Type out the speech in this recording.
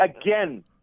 again